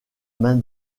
main